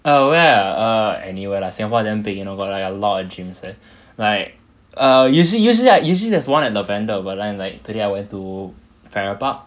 err where ah err anywhere lah singapore damn big you know got a lot of gyms and like err usually usually there's one at lavender but then today I went to farrer park